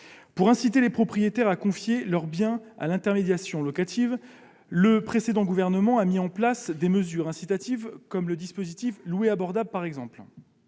Pour inciter les propriétaires à confier leurs biens à l'intermédiation locative, le précédent gouvernement a mis en place des mesures incitatives, comme le dispositif « Louer abordable ». Avec cet